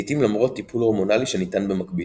לעיתים למרות טיפול הורמונלי שניתן במקביל.